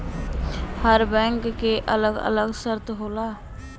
हर bank के अलग अलग शर्त होला